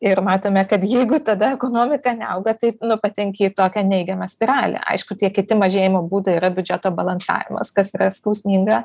ir matome kad jeigu tada ekonomika neauga taip patenki į tokią neigiamą spiralę aišku tie kiti mažėjimo būdai yra biudžeto balansavimas kas skausminga